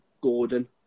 Gordon